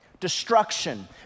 Destruction